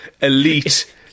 Elite